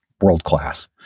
world-class